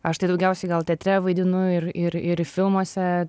aš tai daugiausiai gal teatre vaidinu ir ir ir filmuose